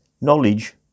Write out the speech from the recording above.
Knowledge